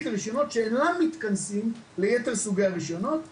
לרישיונות שאינם מתכנסים ליתר סוגי הרישיונות ונבחנים.